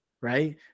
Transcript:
Right